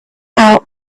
out